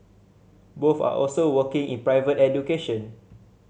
both are also working in private education